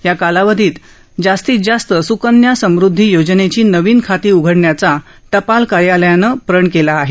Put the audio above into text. या कालावधीत जास्तीत जास्त सुकन्या समुदधी योजनेची नवीन खाती उघडण्याचा टपाल कार्यालयानं केला आहे